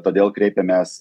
todėl kreipėmės